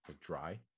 dry